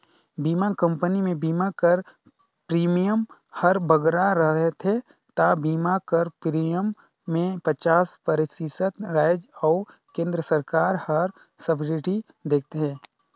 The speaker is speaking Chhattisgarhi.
बीमा कंपनी में बीमा कर प्रीमियम हर बगरा रहथे ता बीमा कर प्रीमियम में पचास परतिसत राएज अउ केन्द्र सरकार हर सब्सिडी देथे